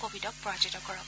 কোৱিডক পৰাজিত কৰক